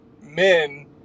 men